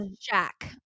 Jack